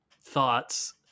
thoughts